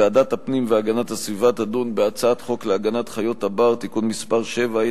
ועדת הפנים והגנת הסביבה תדון בהצעת חוק להגנת חיית הבר (תיקון מס' 7),